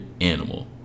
animal